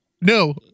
No